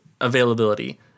availability